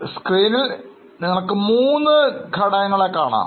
ഇപ്പോൾ സ്ക്രീനിൽ നിങ്ങൾക്ക് 3 പ്രധാന ഘടകങ്ങളെ കാണാം